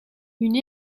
une